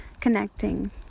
connecting